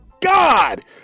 God